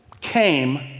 came